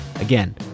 Again